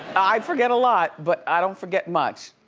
i forget a lot but i don't forget much.